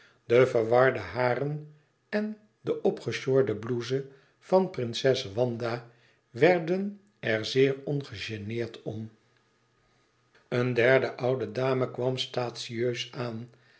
de verwarde haren en de opgesjorde blouse van prinses wanda werden er zeer ongegeneerd om e ene derde oude dame kwam statieus aan